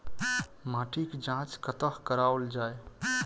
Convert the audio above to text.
माटिक जाँच कतह कराओल जाए?